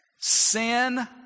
sin